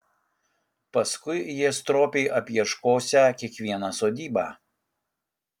paskui jie stropiai apieškosią kiekvieną sodybą